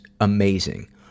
amazing